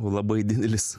labai didelis